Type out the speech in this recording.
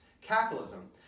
capitalism